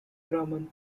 grumman